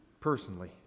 personally